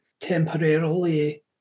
temporarily